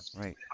Right